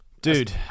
Dude